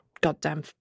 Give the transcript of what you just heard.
Goddamn